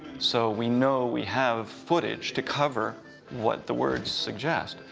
so we know we have footage to cover what the words suggest.